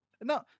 No